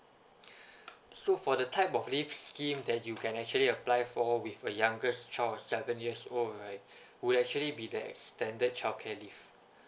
so for the type of leave scheme that you can actually apply for with a youngest child of seven years old right will actually be the extended childcare leave